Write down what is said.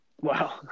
Wow